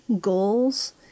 goals